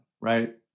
right